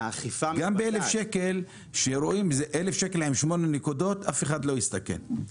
גם ב-1,000 שקל עם שמונה נקודות, אף אחד לא יסתכן.